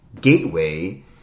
gateway